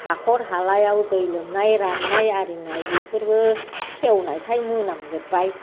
हाखर हालायाव दै लोमनाय राननाय आरिनाय बेफोरबो सेवनायखाय मोनामजोब्बाय